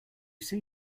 see